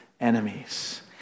enemies